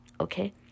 okay